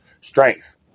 strength